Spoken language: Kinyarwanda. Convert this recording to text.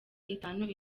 itanu